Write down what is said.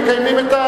מקיימים,